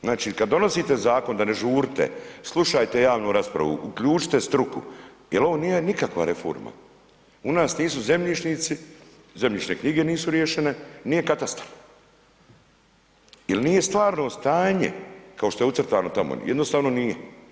Znači kad donosite Zakon, onda ne žurite, slušajte javnu raspravu, uključite struku, jer ovo nije nikakva reforma, u nas nisu zemljišnici, zemljišne knjige nisu riješene, nije katastar, jer nije stvarno stanje kao što je ucrtano tamo, jednostavno nije.